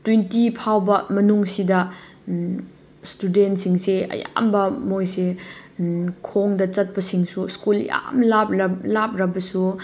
twenty ꯐꯥꯎꯕ ꯃꯅꯨꯡꯁꯤꯗ ꯁ꯭ꯇꯨꯗꯦꯟꯁꯤꯡꯁꯦ ꯑꯌꯥꯝꯕ ꯃꯣꯏꯁꯦ ꯈꯣꯡꯅ ꯆꯠꯄꯁꯤꯡꯁꯨ ꯁ꯭ꯀꯨꯜ ꯌꯥꯝ ꯂꯥꯞꯂꯕꯁꯨ